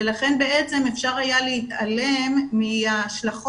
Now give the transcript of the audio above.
ולכן בעצם אפשר היה להתעלם מההשלכות